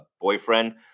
boyfriend